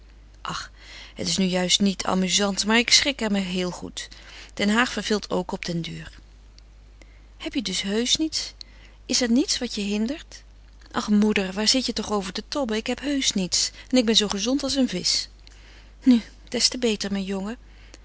ach het is nu juist niet amuzant maar ik schik er mij heel goed den haag verveelt ook op den duur heb je dus heusch niets is er niets wat je hindert ach moeder waar zit je toch zoo over te tobben ik heb heusch niets en ik ben zoo gezond als een visch nu des te beter mijn jongen